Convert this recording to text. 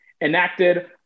enacted